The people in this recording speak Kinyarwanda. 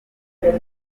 bimwe